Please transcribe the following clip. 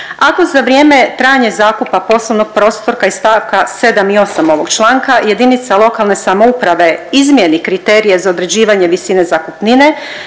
ako za vrijeme trajanja zakupa poslovnog prostora iz stavka 7. i 8. ovog članka jedinica lokalne samouprave izmjeni kriterije za određivanje visine zakupnine,